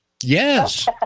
Yes